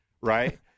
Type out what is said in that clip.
right